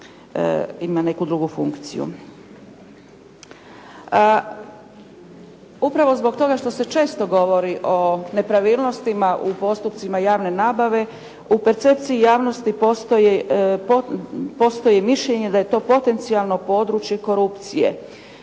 ima neku drugu funkciju. Upravo zbog toga što se često govori o nepravilnostima u postupcima javne nabave u percepciji javnosti postoji mišljenje da je to potencijalno područje korupcije.